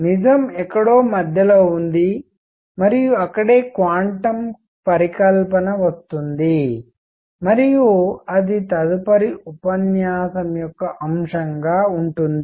నిజం ఎక్కడో మధ్యలో ఉంది మరియు అక్కడే క్వాంటం పరికల్పన వస్తుంది మరియు అది తదుపరి ఉపన్యాసం యొక్క అంశం గా ఉంటుంది